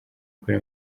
gukora